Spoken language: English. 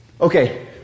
Okay